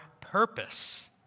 purpose